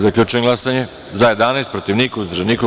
Zaključujem glasanje: za – 11, protiv – niko, uzdržan – niko.